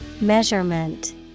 Measurement